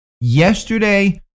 yesterday